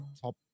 top